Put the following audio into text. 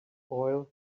oil